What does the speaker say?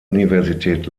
universität